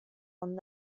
font